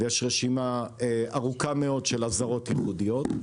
ויש רשימה ארוכה מאוד של אזהרות ייחודיות.